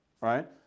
right